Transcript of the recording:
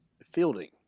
fielding